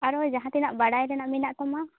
ᱟᱨᱦᱚᱸ ᱡᱟᱸᱦᱟ ᱛᱤᱱᱟᱹ ᱵᱟᱲᱟᱭ ᱨᱮᱱᱟᱜ ᱢᱮᱱᱟᱜ ᱛᱟᱢᱟ